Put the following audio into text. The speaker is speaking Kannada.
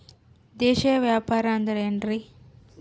ದೇಶೇಯ ವ್ಯಾಪಾರ ಅಂದ್ರೆ ಏನ್ರಿ?